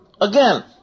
Again